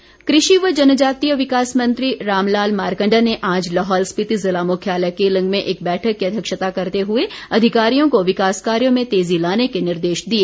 मारकंडा कृषि व जनजातीय विकास मंत्री रामलाल मारकंडा ने आज लाहौल स्पिति ज़िला मुख्यालय केलंग में एक बैठक की अध्यक्षता करते हुए अधिकारियों को विकास कार्यों में तेजी लाने के निर्देश दिए